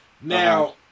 Now